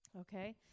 Okay